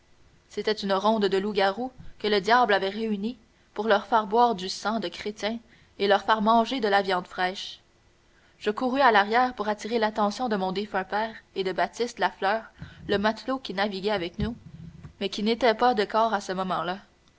c'était une ronde de loups-garous que le diable avait réunis pour leur faire boire du sang de chrétien et leur faire manger de la viande fraîche je courus à l'arrière pour attirer l'attention de mon défunt père et de baptiste lafleur le matelot qui naviguait avec nous mais qui n'était pas de quart à ce moment-là